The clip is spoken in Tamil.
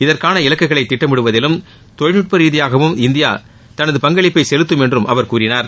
இதற்னன இலக்குகளை திட்டமிடுவதிலும் தொழில்நுட்ப ரீதியாகவும் இந்தியா தனது பங்களிப்பை செலுத்தும் என்றும் அவர் கூறினார்